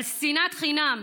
על שנאת חינם.